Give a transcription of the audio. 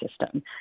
system